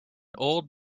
old